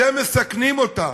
אתם מסכנים אותה,